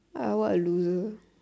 ah what a loser